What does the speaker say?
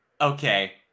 Okay